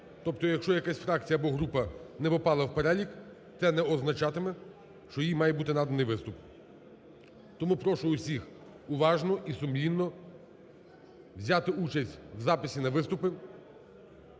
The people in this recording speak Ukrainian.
Тобто якщо якась фракція або група не попала в перелік, це не означатиме, що їй має бути наданий виступ. Тому прошу усіх уважно і сумлінно взяти участь в запису на виступи.